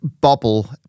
bubble